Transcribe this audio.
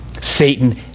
Satan